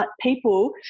people